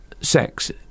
sex